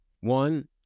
One